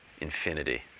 infinity